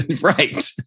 right